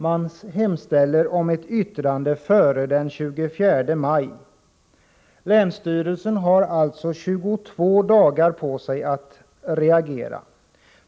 Man hemställer om yttrande före den 24 maj. Länsstyrelsen har alltså 22 dagar på sig att reagera.